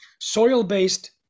soil-based